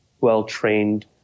well-trained